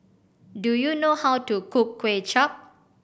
do you know how to cook Kuay Chap